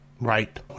Right